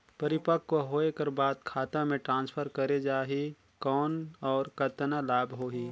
परिपक्व होय कर बाद खाता मे ट्रांसफर करे जा ही कौन और कतना लाभ होही?